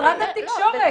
משרד התקשורת.